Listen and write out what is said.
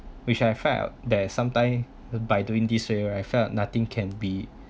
which I felt there's sometime by doing this way right I felt nothing can be